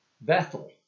Bethel